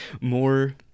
more